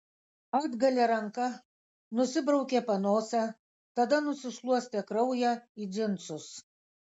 atgalia ranka nusibraukė panosę tada nusišluostė kraują į džinsus